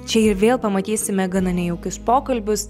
čia ir vėl pamatysime gana nejaukius pokalbius